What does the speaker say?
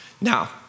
Now